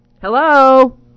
Hello